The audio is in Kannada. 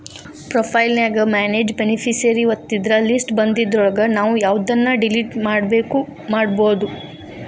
ಪ್ರೊಫೈಲ್ ನ್ಯಾಗ ಮ್ಯಾನೆಜ್ ಬೆನಿಫಿಸಿಯರಿ ಒತ್ತಿದ್ರ ಲಿಸ್ಟ್ ಬನ್ದಿದ್ರೊಳಗ ನಾವು ಯವ್ದನ್ನ ಡಿಲಿಟ್ ಮಾಡ್ಬೆಕೋ ಮಾಡ್ಬೊದು